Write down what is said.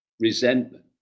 resentment